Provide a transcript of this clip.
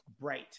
bright